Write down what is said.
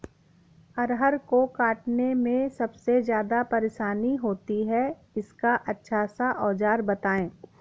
अरहर को काटने में सबसे ज्यादा परेशानी होती है इसका अच्छा सा औजार बताएं?